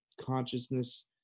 consciousness